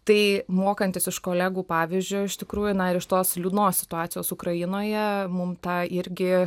tai mokantis iš kolegų pavyzdžio iš tikrųjų na ir iš tos liūdnos situacijos ukrainoje mum tą irgi